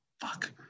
fuck